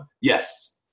Yes